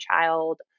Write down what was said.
child